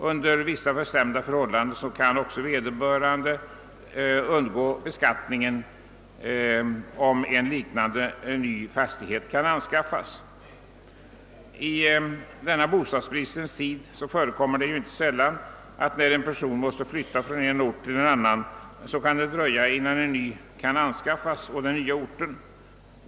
Under vissa bestämda förhållanden kan också vederbörande undgå beskattningen om en liknande ny fastighet anskaffas. I denna bostadsbristens tid förekommer det ju inte sällan när en person måste flytta från en ort till en annan, att det kan dröja innan en bostad kan anskaffas på den nya orten.